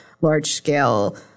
large-scale